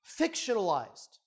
fictionalized